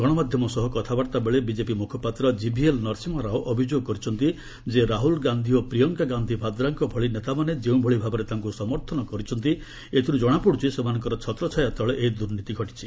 ଗଣମାଧ୍ୟମ ସହ କଥାବାର୍ତ୍ତା ବେଳେ ବିଜେପି ମୁଖପାତ୍ର ଜିଭିଏଲ୍ ନରସିହ୍ମା ରାଓ ଅଭିଯୋଗ କରିଛନ୍ତି ଯେ ରାହୁଲ ଗାନ୍ଧି ଓ ପ୍ରିୟଙ୍କା ଗାନ୍ଧି ଭାଦ୍ରାଙ୍କ ଭଳି ନେତାମାନେ ଯେଉଁଭଳି ଭାବରେ ତାଙ୍କୁ ସମର୍ଥନ କରିଛନ୍ତି ଏଥିରୁ ଜଣାପଡ଼ୁଛି ସେମାନଙ୍କର ଛତ୍ରଛାୟା ତଳେ ଏହି ଦୁର୍ନୀତି ଘଟିଛି